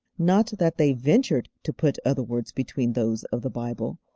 not that they ventured to put other words between those of the bible,